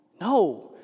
no